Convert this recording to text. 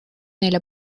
neile